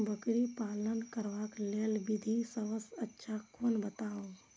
बकरी पालन करबाक लेल विधि सबसँ अच्छा कोन बताउ?